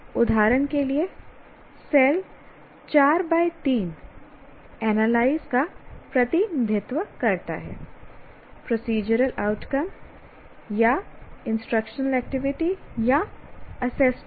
उदाहरण के लिए सेल 4 3 एनालाइज का प्रतिनिधित्व करता है प्रोसीजरल आउटकम या इंस्ट्रक्शनल एक्टिविटी या एसेसमेंट